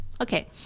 Okay